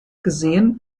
gesehen